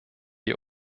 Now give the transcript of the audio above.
die